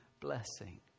blessing